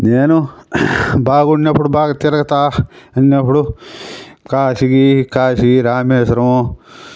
నేను బాగున్నప్పుడు బాగా తిరుగుతూ ఉన్నప్పుడు కాశీ కాశీ రామేశ్వరము